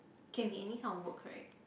can be any kind of work right